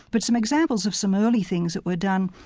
but some examples of some early things that were done,